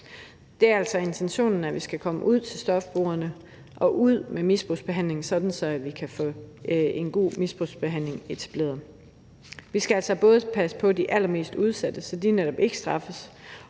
Det er altså intentionen, at vi skal komme ud til stofmisbrugerne med misbrugsbehandling, sådan at vi kan få en god misbrugsbehandling etableret. Vi skal passe på de allermest udsatte, så de netop ikke straffes.